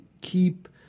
keep